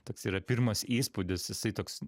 toks yra pirmas įspūdis jisai toks